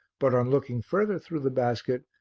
but, on looking further through the basket,